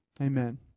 Amen